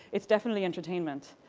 it's definitely entertainment.